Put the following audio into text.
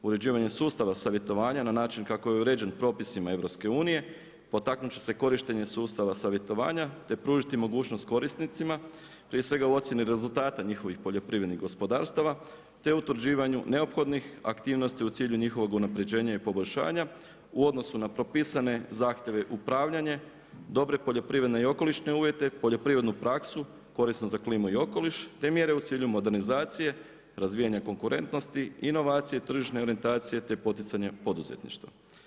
Uređivanje sustava savjetovanja na način kako je uređen propisima EU, potaknuti ću se korištenjem sustava savjetovanja, te pružiti mogućnost korisnicima, prije svega u ocjenu rezultata njihovih poljoprivrednih gospodarstava, te utvrđivanja neophodnih aktivnosti u cilju njihovog unaprijeđena i poboljšanja, u odnosu na propisane zahtjeve, upravljanje, dobre poljoprivredne i okolišne uvijete, poljoprivrednu praksu, korisnu za klimu i okoliš, te mjere u cilju modernizacije, razvijenije konkurentnosti, inovacije tržišne orijentacije, te poticanje poduzetništva.